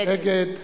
נגד